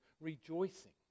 rejoicing